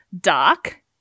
Dark